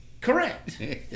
Correct